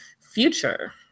future